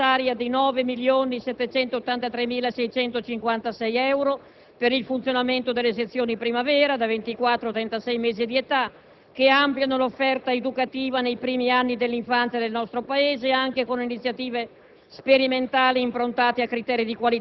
Il comma 7 autorizza la spesa necessaria di 9.783.656 euro per il funzionamento delle "sezioni primavera", da ventiquattro a trentasei mesi di età, che ampliano l'offerta educativa nei primi anni dell'infanzia del nostro Paese, anche con iniziative sperimentali